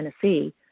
Tennessee